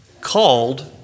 called